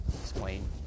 explain